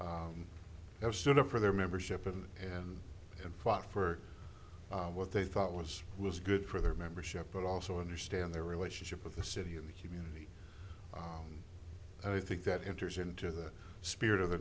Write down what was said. well have stood up for their membership in and and fought for what they thought was was good for their membership but also understand their relationship with the city and the community i think that enters into the spirit of the